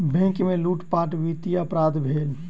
bank में लूटपाट वित्तीय अपराध भेल